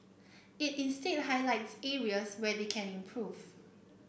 it instead highlights areas where they can improve